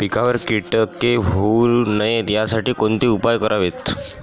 पिकावर किटके होऊ नयेत यासाठी कोणते उपाय करावेत?